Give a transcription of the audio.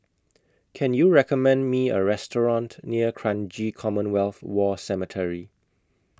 Can YOU recommend Me A Restaurant near Kranji Commonwealth War Cemetery